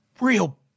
real